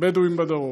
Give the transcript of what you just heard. הבדואיים בדרום.